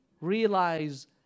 realize